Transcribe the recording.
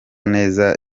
neza